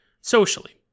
socially